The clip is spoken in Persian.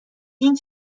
این